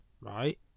Right